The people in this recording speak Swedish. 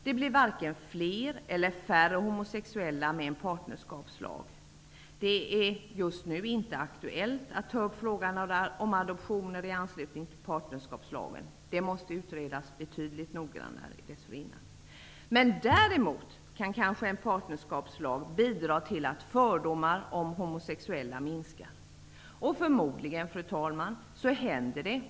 Det blir varken fler eller färre homosexuella med en partnerskapslag. Det är just nu inte aktuellt att ta upp frågan om adoptioner i anslutning till partnerskapslagen. Den måste utredas betydligt noggrannare dessförinnan. Däremot kan kanske en partnerskapslag bidra till att fördomar om homosexuella minskar. Fru talman!